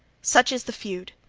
such is the feud,